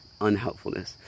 unhelpfulness